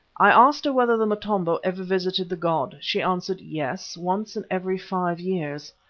i asked her whether the motombo ever visited the god. she answered, yes, once in every five years.